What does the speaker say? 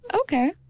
Okay